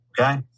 Okay